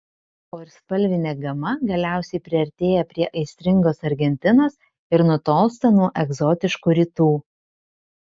o ir spalvinė gama galiausiai priartėja prie aistringos argentinos ir nutolsta nuo egzotiškų rytų